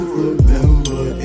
remember